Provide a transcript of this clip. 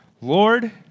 Lord